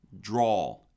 Draw